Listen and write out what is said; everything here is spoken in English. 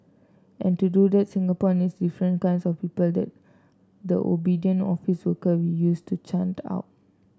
and to do that Singapore needs different kinds of people than the obedient office worker we used to churned out